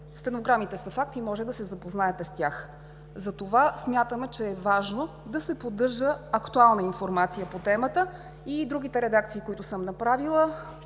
Стенограмите са факт и може да се запознаете с тях. Затова смятаме, че е важно да се поддържа актуална информация по темата Другите редакции, които съм направила,